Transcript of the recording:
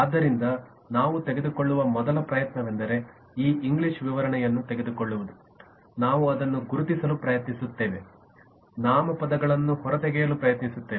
ಆದ್ದರಿಂದ ನಾವು ತೆಗೆದುಕೊಳ್ಳುವ ಮೊದಲ ಪ್ರಯತ್ನವೆಂದರೆ ಈ ಇಂಗ್ಲಿಷ್ ವಿವರಣೆಯನ್ನು ತೆಗೆದುಕೊಳ್ಳುವುದು ನಾವು ಅದನ್ನು ಗುರುತಿಸಲು ಪ್ರಯತ್ನಿಸುತ್ತೇವೆ ನಾಮಪದಗಳನ್ನು ಹೊರತೆಗೆಯಲು ಪ್ರಯತ್ನಿಸುತ್ತೇವೆ